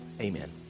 Amen